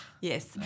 Yes